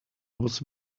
was